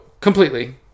completely